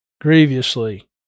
grievously